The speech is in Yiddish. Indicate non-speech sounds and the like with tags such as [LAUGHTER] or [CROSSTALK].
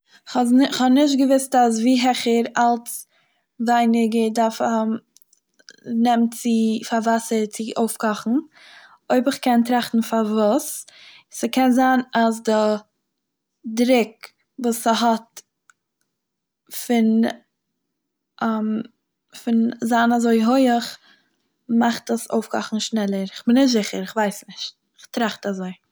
האז- כ'האב נישט געוויסט אז ווי העכער אלץ ווייניגער דארף [HESITATION] נעמט צו פאר וואסער צו אויפקאכן, אויב איך קען טראכטן פארוואס, ס'קען זיין אז די דרוק וואס ס'האט פון [HESITATION] פון זיין אזוי הויעך מאכט עס אויפקאכן שנעלער, כ'בין נישט זיכער, כ'ווייס נישט כ'טראכט אזוי.